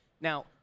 Now